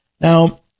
Now